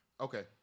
Okay